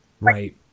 Right